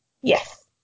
Yes